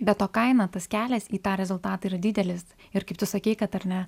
bet o kaina tas kelias į tą rezultatą yra didelis ir kaip tu sakei kad ar ne